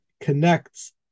connects